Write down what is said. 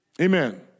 Amen